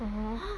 mmhmm